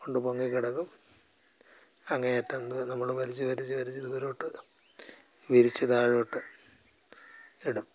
കൊണ്ട് പൊങ്ങി കിടക്കും അങ്ങേ അറ്റം വരെ നമ്മള് വലിച്ച് വലിച്ച് വലിച്ച് ദൂരോട്ട് വിരിച്ച് താഴോട്ട് ഇടും